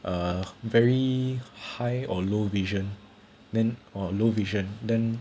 a very high or low vision then or low vision then